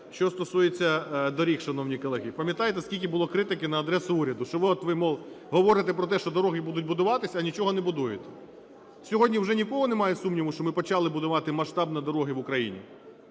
Що стосується доріг, шановні колеги, пам'ятаєте скільки було критики на адресу уряду, що от ви, мов, говорите, що дороги будуть будуватися, а нічого не будуєте. Сьогодні вже ні в кого немає сумніву, що ми почали будувати масштабно дороги в Україні?